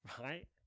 right